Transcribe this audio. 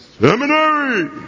seminary